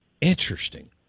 Interesting